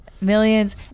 Millions